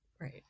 Right